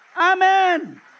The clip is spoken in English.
Amen